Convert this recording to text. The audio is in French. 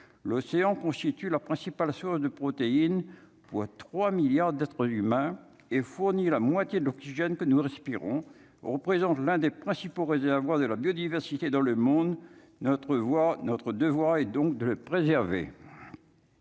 l'océan constitue la principale source de protéines pour 3 milliards d'être s'humains et fournir la moitié de l'oxygène que nous respirons, représente l'un des principaux réservoirs de la biodiversité dans le monde, notre voix, notre de voix et donc de préserver